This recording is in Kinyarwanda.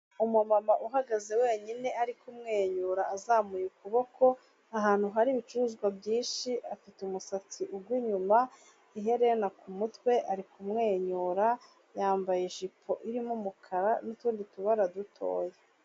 Umumama uhagaze wenyine ari kumwenyura azamuye ukuboko, ahantu hari ibicuruzwa byinshi, afite umusatsi ugwa inyuma, iherena ku mutwi, ari kumwenyura yambaye ijipo irimo umukara n'utundi tubara dutoya.